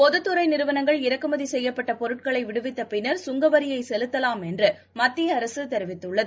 பொதுத் துறைநிறுவனங்கள் இறக்குமதிசெய்யபட்டபொருட்களைவிடுவித்தபின்னர் சுங்கவரியைசெலுத்தலாம் என்றுமத்தியஅரசுதெரிவித்துள்ளது